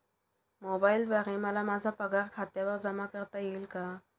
मोबाईलद्वारे मला माझा पगार खात्यावर जमा करता येईल का?